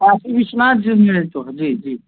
काशी विश्वनाथ जी में है तो जी जी